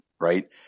right